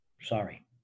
Sorry